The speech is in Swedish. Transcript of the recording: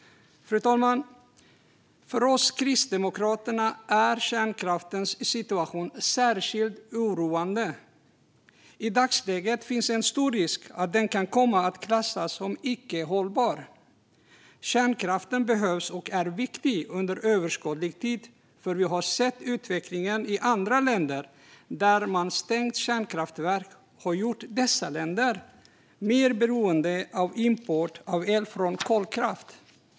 Fru talman! För oss kristdemokrater är kärnkraftens situation särskilt oroande. I dagsläget finns en stor risk att den kan komma att klassas som icke hållbar. Kärnkraften behövs och är viktig under överskådlig tid. Vi har sett utvecklingen i andra länder där man stängt kärnkraftverk - dessa länder har blivit mer beroende av import av el från kolkraft.